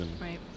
right